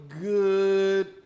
good